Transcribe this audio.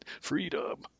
Freedom